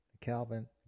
Calvin